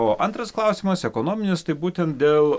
o antras klausimas ekonominis tai būten dėl